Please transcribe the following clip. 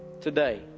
today